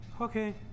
Okay